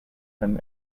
einen